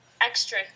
extra